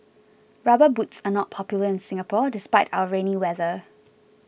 rubber boots are not popular in Singapore despite our rainy weather